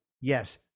Yes